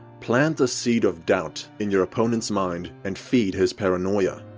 plant a seed of doubt in your opponent's mind and feed his paranoia.